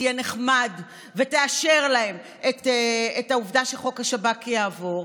תהיה נחמד ותאשר להם את העובדה שחוק השב"כ יעבור,